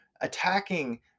attacking